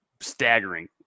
staggering